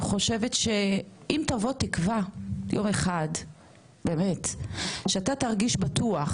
אני חושבת שאם תבוא תקבע יום אחד באמת שאתה תרגיש בטוח